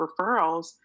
referrals